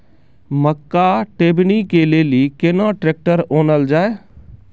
मक्का टेबनी के लेली केना ट्रैक्टर ओनल जाय?